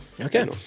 Okay